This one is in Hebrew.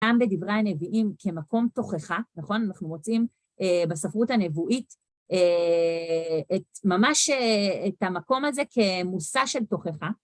גם בדברי הנביאים כמקום תוכחה, נכון? אנחנו מוצאים בספרות הנבואית ממש את המקום הזה כמוסה של תוכחה.